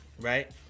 Right